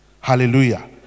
hallelujah